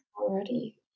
already